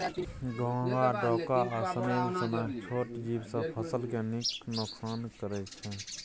घोघा, डोका आ स्नेल सनक छोट जीब सब फसल केँ नोकसान करय छै